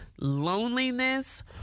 loneliness